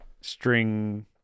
string